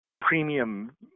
premium